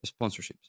sponsorships